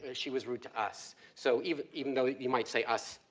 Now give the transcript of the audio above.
and she was rude to us. so even, even though you might say us,